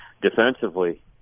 defensively